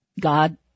God